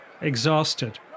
exhausted